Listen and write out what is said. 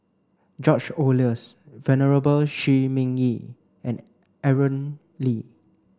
George Oehlers Venerable Shi Ming Yi and Aaron Lee